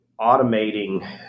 automating